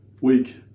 week